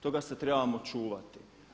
Toga se trebamo čuvati.